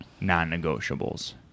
non-negotiables